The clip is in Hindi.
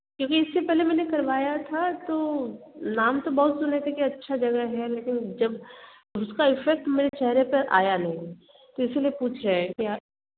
क्योंकि इससे पहले मैंने करवाया था तो नाम तो बहुत सुने थे कि अच्छा जगह है लेकिन जब उसका इफेक्ट मेरे चेहरे पर आया नहीं तो इसीलिए पूछ रहे हैं कि